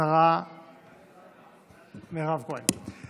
השרה מירב כהן.